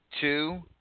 two